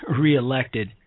reelected